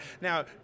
Now